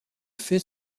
fait